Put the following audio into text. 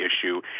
issue